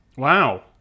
Wow